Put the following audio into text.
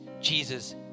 Jesus